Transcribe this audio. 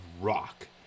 rock